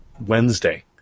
wednesday